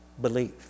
belief